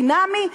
חינמי,